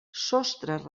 sostres